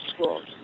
schools